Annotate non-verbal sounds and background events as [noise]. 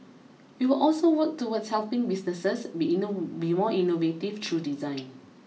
we will also work towards helping businesses be [unintelligible] be more innovative through design